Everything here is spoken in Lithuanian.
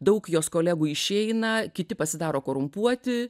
daug jos kolegų išeina kiti pasidaro korumpuoti